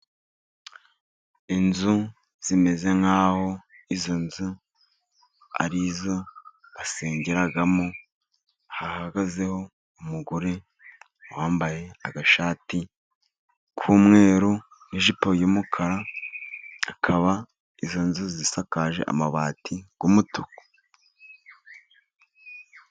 Inzu zimeze nk'aho izo nzu ari zo basengeramo hahagazeho umugore wambaye agashati k'umweru, ijipo y'umukara, akaba izo nzu zisakaje amabati y'umutuku.